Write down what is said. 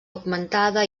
augmentada